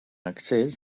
accés